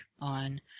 on